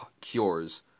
cures